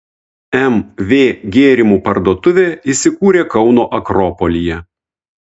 mv gėrimų parduotuvė įsikūrė kauno akropolyje